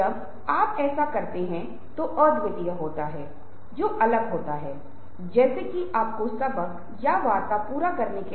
यहाँ आपकी क्विज़ है क्या आप एक अच्छे वक्ता हैं